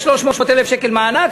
יש 300,000 שקל מענק,